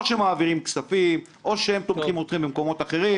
או שמעבירים כספים או שהם תוקעים אתכם במקומות אחרים.